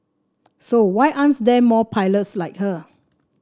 so why aren't there more pilots like her